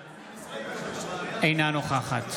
אינה נוכחת